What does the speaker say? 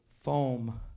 foam